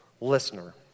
listener